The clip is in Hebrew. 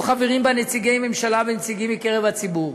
חברים בה נציגי ממשלה ונציגים מקרב הציבור.